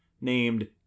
named